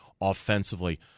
offensively